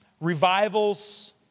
revivals